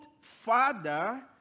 father